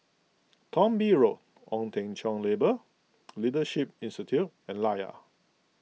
Thong Bee Road Ong Teng Cheong Labour Leadership Institute and Layar